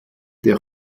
der